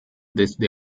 desde